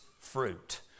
fruit